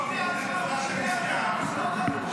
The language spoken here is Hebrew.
זה או השאילתה, וזה ש"ס.